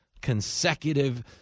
consecutive